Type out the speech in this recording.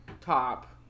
top